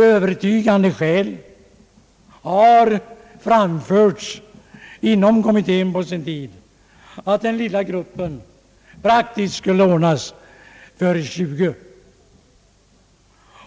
Övertygande skäl framfördes på sin tid inom kommittén för att den lilla gruppen praktiskt skulle ordnas för 20 personer.